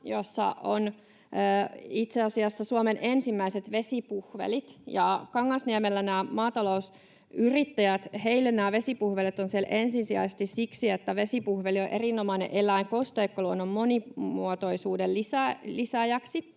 jossa on itse asiassa Suomen ensimmäiset vesipuhvelit. Kangasniemellä näillä maatalousyrittäjillä nämä vesipuhvelit ovat ensisijaisesti siksi, että vesipuhveli on erinomainen eläin kosteikkoluonnon monimuotoisuuden lisääjäksi,